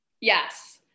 yes